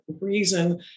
reason